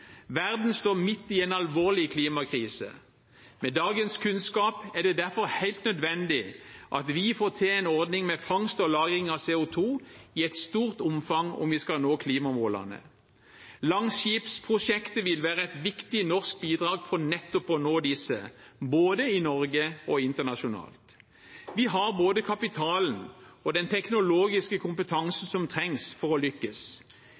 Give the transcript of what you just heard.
Verden står midt i en alvorlig klimakrise. Med dagens kunnskap er det derfor helt nødvendig at vi får til en ordning med fangst og lagring av CO 2 i et stort omfang om vi skal nå klimamålene. Langskip-prosjektet vil være et viktig norsk bidrag for nettopp å nå disse – både i Norge og internasjonalt. Vi har både kapitalen og den teknologiske kompetansen som trengs for å lykkes.